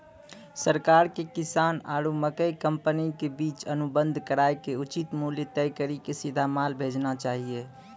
सरकार के किसान आरु मकई कंपनी के बीच अनुबंध कराय के उचित मूल्य तय कड़ी के सीधा माल भेजना चाहिए?